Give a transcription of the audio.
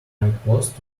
outpost